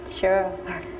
Sure